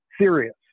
serious